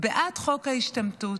בעד חוק ההשתמטות?